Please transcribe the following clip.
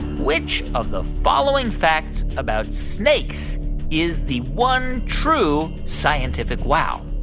which of the following facts about snakes is the one true scientific wow?